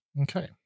Okay